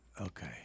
Okay